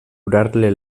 curarle